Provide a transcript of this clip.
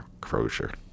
crozier